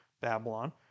Babylon